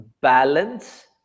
balance